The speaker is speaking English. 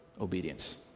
obedience